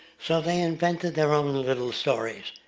so they invented their own little stories,